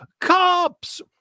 cops